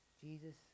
Jesus